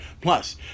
Plus